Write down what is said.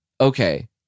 okay